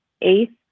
eighth